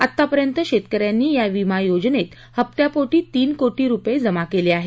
आतापर्यंत शेतक यांनी या विमा योजनेत हप्त्यापोटी तीन कोटी रुपये जमा केले आहेत